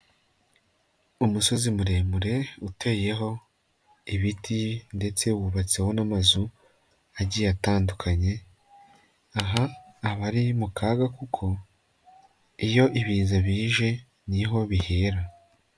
Umusozi muremure uteyeho ibiti ndetse wubatseho n'amazu agiye atandukanye, aha abari mu kaga kuko iyo ibiza bije ni ho bihera.